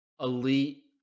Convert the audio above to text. elite